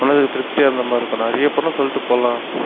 மனதுக்கு திருப்தியாகருந்தா மாதிரி இருக்கும் நிறையா படம் சொல்லிகிட்டு போகலாம்